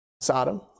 Sodom